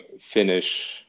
finish